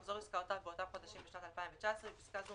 ממחזור עסקאותיו באותם חודשים בשנת 2019 (בפסקה זו,